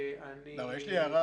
יש לי הערה